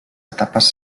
etapes